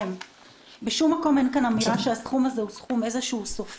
בשום מקום אין אמירה שהסכום הזה הוא סופי.